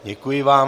Děkuji vám.